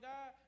God